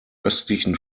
östlichen